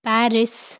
Paris